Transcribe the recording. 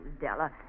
Della